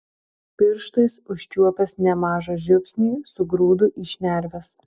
pirštais užčiuopęs nemažą žiupsnį sugrūdu į šnerves